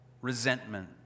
resentment